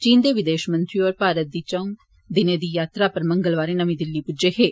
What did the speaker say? चीन दे विदेशमंत्री होर भारत दी चऊं दिने दी यात्रा पर मंगलवारे नमीं दिल्ली पुज्जे हे